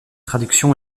traductions